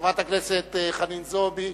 חברת הכנסת חנין זועבי,